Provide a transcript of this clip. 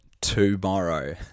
tomorrow